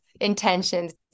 intentions